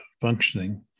functioning